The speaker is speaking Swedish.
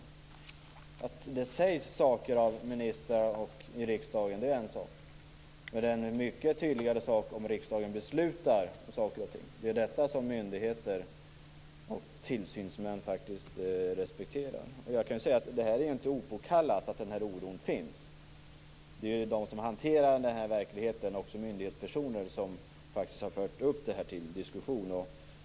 Det är en sak att det sägs saker av ministrar och i riksdagen, men ett riksdagsbeslut är en mycket tydligare signal. Det är detta som myndigheter och tillsynsmän respekterar. Oron är inte opåkallad. Det är de som hanterar verkligheten - också myndighetspersoner - som har fört upp frågan till diskussion.